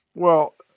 well,